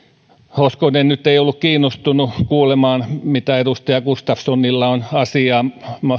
hoskonen ei nyt ollut kiinnostunut kuulemaan mitä edustaja gustafssonilla on asiaa